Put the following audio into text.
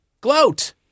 Gloat